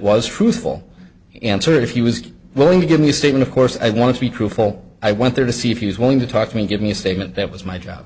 was truthful answer if he was willing to give me state and of course i want to be truthful i went there to see if he was willing to talk to me give me a statement that was my job